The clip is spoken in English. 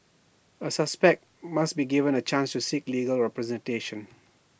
A suspect must be given A chance to seek legal representation